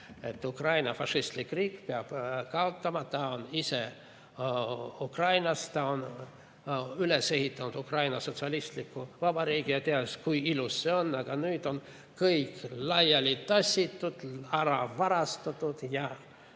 et Ukraina fašistlik riik peab kaotama. Ta on ise Ukrainast, üles ehitanud Ukraina sotsialistliku vabariigi ja teadis, kui ilus see on, aga nüüd on kõik laiali tassitud, ära varastatud ja,